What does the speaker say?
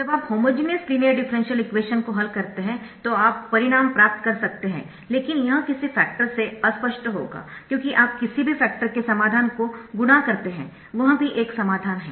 जब आप homogeneous linear differential equation को हल करते है तो आप परिणाम प्राप्त कर सकते है लेकिन यह किसी फ़ैक्टर से अस्पष्ट होगा क्योंकि आप किसी भी फ़ैक्टर से समाधान को गुणा करते है वह भी एक समाधान है